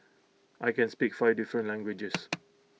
I can speak five different languages